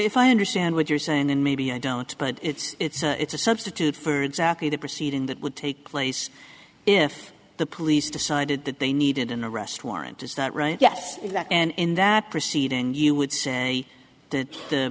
f i understand what you're saying and maybe i don't but it's a substitute for exactly the proceeding that would take place if the police decided that they needed an arrest warrant is that right yes and in that proceeding you would say that